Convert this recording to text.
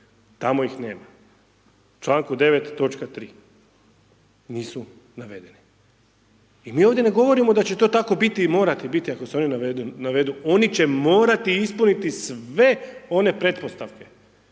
tamo ih nema, u čl. 9. toč. 3. nisu navedeni. I mi ovdje ne govorimo da će to tako biti i morati biti ako su oni navedu, oni će morati ispuniti sve one pretpostavke